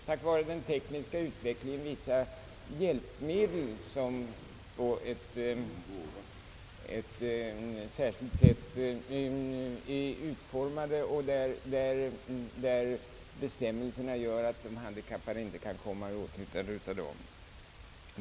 Tack vare den tekniska utvecklingen har vi nu också fått vissa särskilt utformade hjälpmedel, vilka emellertid de handikappade genom dessa bestämmelser inte kan komma i åtnjutande av.